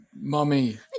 mummy